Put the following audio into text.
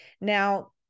Now